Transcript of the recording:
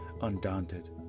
Undaunted